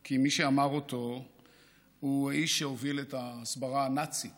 כי מי שאמר אותו הוא האיש שהוביל את ההסברה הנאצית